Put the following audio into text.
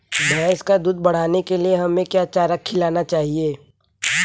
भैंस का दूध बढ़ाने के लिए हमें क्या चारा खिलाना चाहिए?